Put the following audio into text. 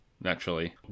naturally